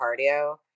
cardio